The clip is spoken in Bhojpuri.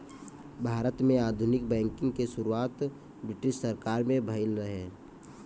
भारत में आधुनिक बैंकिंग के शुरुआत ब्रिटिस सरकार में भइल रहे